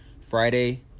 Friday